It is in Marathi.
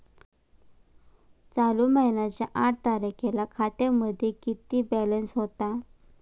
चालू महिन्याच्या आठ तारखेला खात्यामध्ये किती बॅलन्स होता?